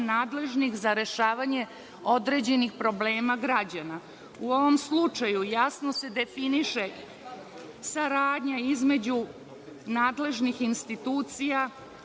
nadležnih za rešavanje određenih problema građana.U ovom slučaju jasno se definiše saradnja između nadležnih institucija,